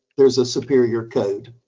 there's a superior code.